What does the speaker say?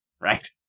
Right